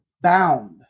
bound